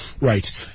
Right